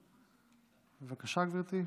בבקשה, גברתי.